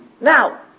Now